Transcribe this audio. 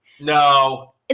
No